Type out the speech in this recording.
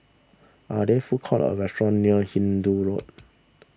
are there food courts or restaurants near Hindoo Road